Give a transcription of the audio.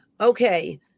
Okay